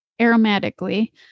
aromatically